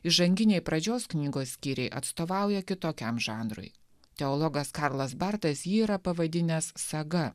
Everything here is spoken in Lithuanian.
įžanginiai pradžios knygos skyriai atstovauja kitokiam žanrui teologas karlas bartas jį yra pavadinęs saga